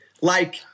Like-